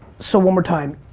so one more time,